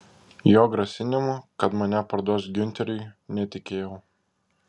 jo grasinimu kad mane parduos giunteriui netikėjau